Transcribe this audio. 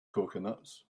coconuts